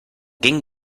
ging